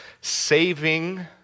Saving